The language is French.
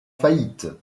faillite